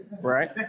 right